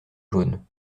jaune